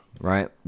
right